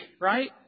right